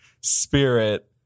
spirit